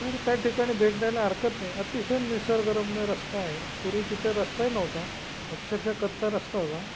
तर त्या ठिकाणी भेट द्यायला हरकत नाही अतिशय निसर्गरम्य रस्ता आहे पूर्वी तिथं रस्ताही नव्हता अक्षरश कच्चा रस्ता होता